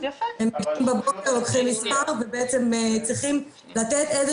הם באים בבוקר הם לוקחים מספר ובעצם צריכים לתת איזה